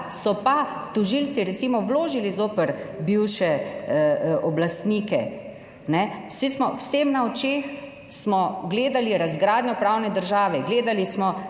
so pa tožilci recimo vložili zoper bivše oblastnike? Saj smo, vsem na očeh smo gledali razgradnjo pravne države, gledali smo